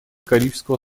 карибского